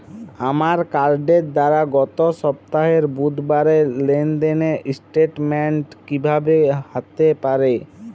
আমার কার্ডের দ্বারা গত সপ্তাহের বুধবারের লেনদেনের স্টেটমেন্ট কীভাবে হাতে পাব?